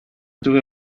tuve